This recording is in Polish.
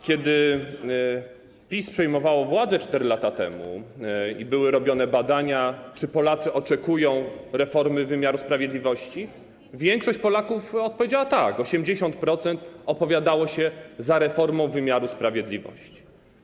Kiedy PiS przejmowało władzę 4 lata temu i były robione badania, czy Polacy oczekują reformy wymiaru sprawiedliwości, większość Polaków odpowiedziała: tak, 80% opowiadało się za reformą wymiaru sprawiedliwości.